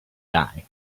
die